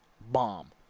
bomb